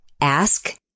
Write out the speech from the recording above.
ask